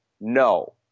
No